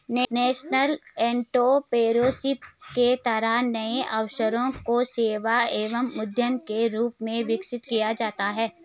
nascent entrepreneurship के तहत नए अवसरों को सेवा एवं उद्यम के रूप में विकसित किया जाता है